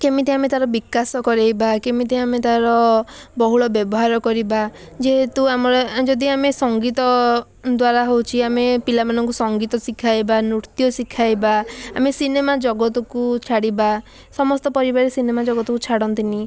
କେମିତି ଆମେ ତା'ର ବିକାଶ କରେଇବା କେମିତି ଆମେ ତା'ର ବହୁଳ ବ୍ୟବହାର କରିବା ଯେହେତୁ ଆମର ଯଦି ଆମେ ସଙ୍ଗୀତ ଦ୍ଵାରା ହେଉଛି ଆମେ ପିଲାମାନଙ୍କୁ ସଙ୍ଗୀତ ଶିଖାଇବା ନୃତ୍ୟ ଶିଖାଇବା ଆମେ ସିନେମା ଜଗତକୁ ଛାଡ଼ିବା ସମସ୍ତ ପରିବାର ସିନେମା ଜଗତକୁ ଛାଡ଼ନ୍ତିନି